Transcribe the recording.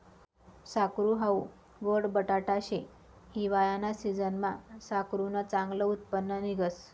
साकरू हाऊ गोड बटाटा शे, हिवायाना सिजनमा साकरुनं चांगलं उत्पन्न निंघस